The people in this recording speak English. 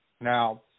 Now